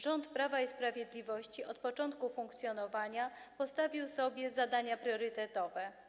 Rząd Prawa i Sprawiedliwości od początku funkcjonowania postawił sobie zadania priorytetowe.